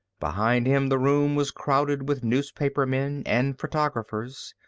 behind him the room was crowded with newspapermen and photographers.